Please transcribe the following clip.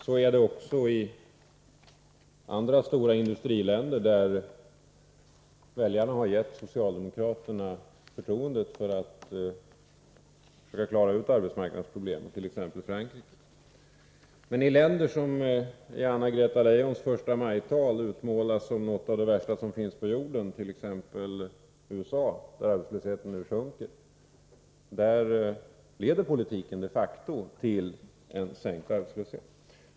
Så är det också i andra stora industriländer, där väljarna har gett socialdemokraterna förtroendet att försöka klara ut arbetsmarknadsproblemen, t.ex. i Frankrike. Men i länder som i Anna-Greta Leijons förstamajtal utmålades som något av det värsta som finns på jorden, t.ex. USA där arbetslösheten nu sjunker, leder politiken de facto till sänkt arbetslöshet.